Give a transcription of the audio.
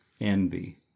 envy